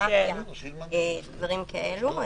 פיזיותרפיה או דברים כאלו.